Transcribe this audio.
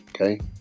okay